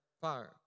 fire